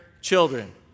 children